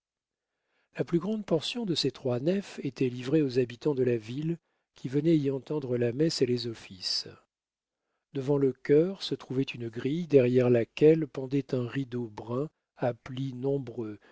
la plus grande portion de ces trois nefs était livrée aux habitants de la ville qui venaient y entendre la messe et les offices devant le chœur se trouvait une grille derrière laquelle pendait un rideau brun à plis nombreux